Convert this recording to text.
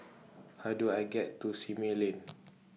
How Do I get to Simei Lane